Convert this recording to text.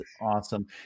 awesome